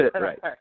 Right